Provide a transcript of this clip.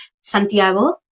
Santiago